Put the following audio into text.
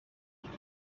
هفته